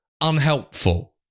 unhelpful